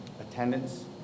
attendance